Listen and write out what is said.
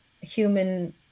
human